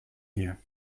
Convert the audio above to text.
here